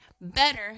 better